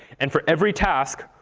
and for every task,